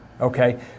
okay